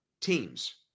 teams